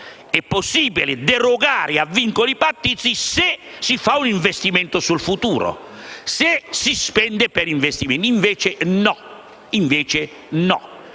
È possibile derogare a vincoli pattizi se si fa un investimento sul futuro e si spende per investimenti. Invece no: